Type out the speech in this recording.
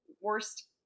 worst